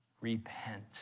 repent